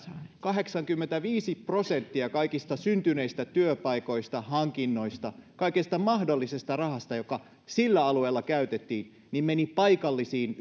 kahdeksankymmentäviisi prosenttia kaikista syntyneistä työpaikoista hankinnoista kaikesta mahdollisesta rahasta joka sillä alueella käytettiin meni paikallisiin